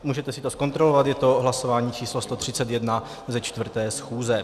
Můžete si to zkontrolovat, je to hlasování číslo 131 ze 4. schůze.